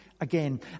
again